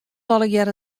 allegearre